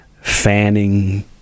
fanning